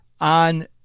on